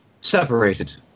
separated